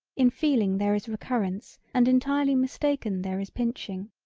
in feeling there is recurrence and entirely mistaken there is pinching.